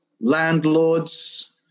landlords